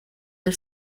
del